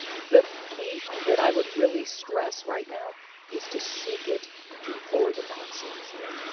the key that i would really stress right now is to seek it before the monsoons hit.